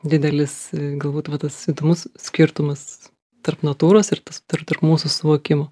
didelis galbūt va tas įdomus skirtumas tarp natūros ir tas tarp tarp mūsų suvokimo